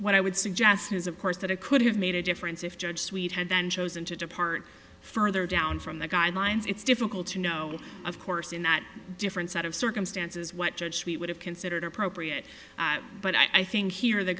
what i would suggest is of course that it could have made a difference if judge sweet had been chosen to depart further down from the guidelines it's difficult to know of course in that different set of circumstances what judge suite would have considered appropriate but i think here the